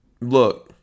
Look